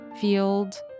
field